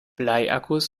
bleiakkus